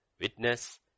Witness